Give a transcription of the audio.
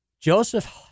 Joseph